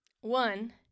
One